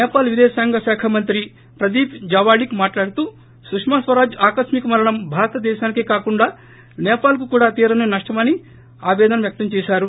నేపాల్ విదేశాంగ శాఖ మంత్రి ప్రదీప్ జవలాక్ మాట్లాడుతూ సుష్మా స్వరాజ్ ఆకస్మిక మరణం భారత దేశానికే కాకుండా సేపాల్ కు కూడా తీరని నష్షమని ఆయన ఆపేదన వ్యక్తం చేశారు